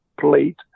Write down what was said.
plate